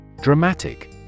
Dramatic